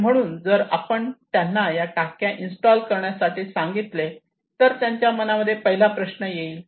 आणि म्हणून जर आपण त्यांना या टाक्या इन्स्टॉल करण्यासाठी सांगितले तर त्यांच्या मनामध्ये पहिला प्रश्न काय येईल